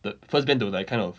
the first band to like kind of